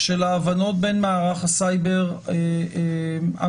של ההבנות בין מערך הסייבר הממשלתי